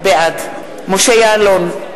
בעד משה יעלון,